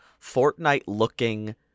Fortnite-looking